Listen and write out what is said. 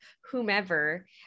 whomever